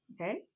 Okay